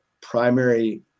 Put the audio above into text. primary